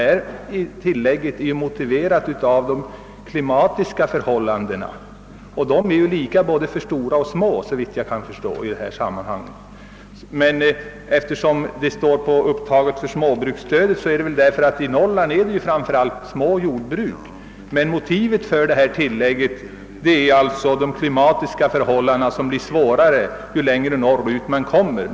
Detta tillägg är ju motiverat av de klimatiska förhållandena, och de är likadana för både stora och små. Att mjölkpristillägget står upptaget under småbruksstödet beror på att jordbruken i Norrland för det mesta är små, men dess egentliga motiv är alltså de klimatiska förhållandena, som blir svårare ju längre norrut man kommer.